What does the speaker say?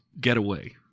getaway